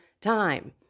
time